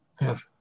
Yes